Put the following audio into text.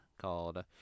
called